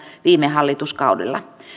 viime hallituskaudella